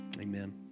amen